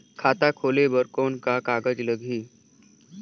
खाता खोले बर कौन का कागज लगही?